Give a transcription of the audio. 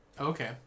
Okay